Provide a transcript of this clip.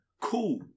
cool